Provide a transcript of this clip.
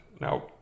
Now